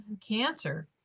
cancer